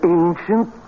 ancient